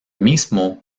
mismo